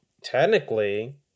technically